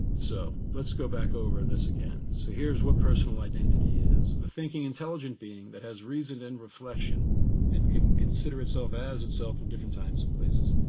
so let's go back over this again. so here's what personal identity is a thinking, intelligent being that has reason and reflection and can consider itself as itself in different times and places.